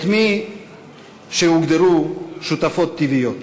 את מי שהוגדרו שותפות טבעיות.